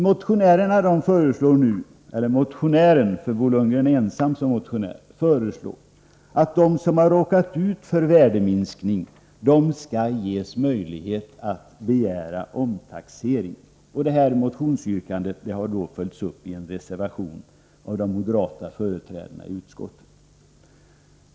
Motionären föreslår nu att de som råkat ut för värdeminskning skall ges möjlighet att begära omtaxering. Detta motionsyrkande har följts upp i en reservation av de moderata företrädarna i utskottet.